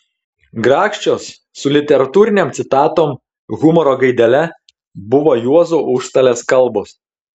grakščios su literatūrinėm citatom humoro gaidele buvo juozo užstalės kalbos